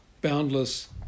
boundless